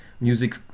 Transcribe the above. music